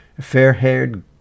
fair-haired